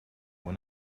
were